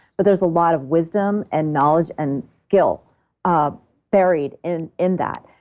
but there's a lot of wisdom and knowledge and skill um buried in in that.